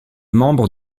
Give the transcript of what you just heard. membre